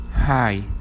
Hi